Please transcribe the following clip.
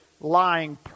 lying